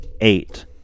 eight